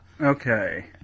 Okay